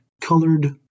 colored